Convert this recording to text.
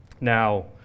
Now